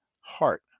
heart